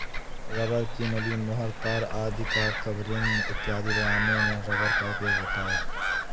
rubber की नली, मुहर, तार आदि का कवरिंग इत्यादि बनाने में रबर का उपयोग होता है